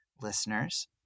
listeners